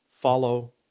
follow